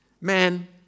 Man